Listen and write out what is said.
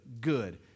good